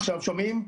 עכשיו שומעים?